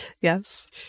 yes